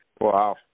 Wow